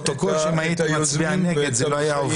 שניים